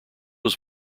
was